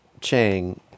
Chang